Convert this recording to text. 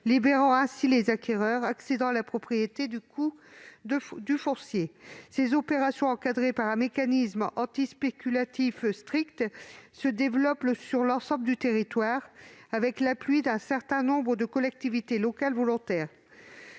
libérant ainsi les acquéreurs accédant à la propriété du foncier. Ces opérations, encadrées par un mécanisme anti-spéculatif strict, se développent sur l'ensemble du territoire, avec l'appui d'un certain nombre de collectivités locales volontaires.